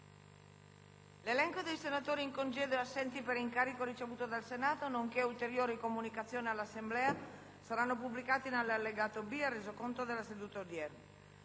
L'elenco dei senatori in congedo e assenti per incarico ricevuto dal Senato, nonché ulteriori comunicazioni all'Assemblea saranno pubblicati nell'allegato B al Resoconto della seduta odierna.